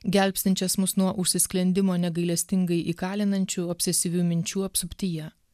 gelbstinčias mus nuo užsisklendimo negailestingai įkalinančių obsesyvių minčių apsuptyje